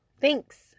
Thanks